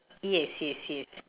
yes yes yes